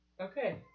Okay